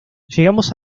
llegamos